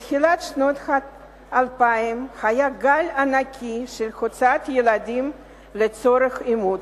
בתחילת שנות האלפיים היה גל ענקי של הוצאת ילדים לצורך אימוץ.